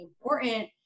important